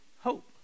hope